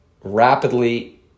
rapidly